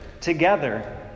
together